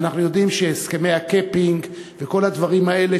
ואנחנו יודעים שהסכמי ה-capping וכל הדברים האלה